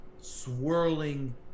swirling